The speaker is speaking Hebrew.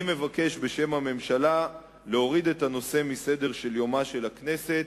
אני מבקש בשם הממשלה להוריד את הנושא מסדר-יומה של הכנסת,